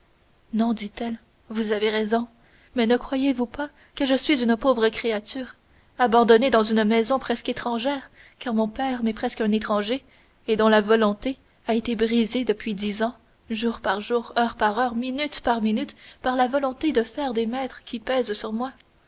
non dit-elle vous avez raison mais ne voyez-vous pas que je suis une pauvre créature abandonnée dans une maison presque étrangère car mon père m'est presque un étranger et dont la volonté a été brisée depuis dix ans jour par jour heure par heure minute par minute par la volonté de fer des maîtres qui pèsent sur moi